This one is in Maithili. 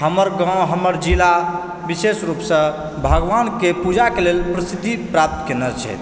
हमर गाँव हमर जिला विशेष रूपसँ भगवानके पूजाके लेल प्रसिद्धि प्राप्त केने छै